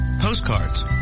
postcards